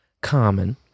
common